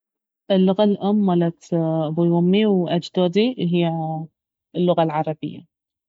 اللغة الام مالت ابوي وامي واجدادي اهي اللغة العربية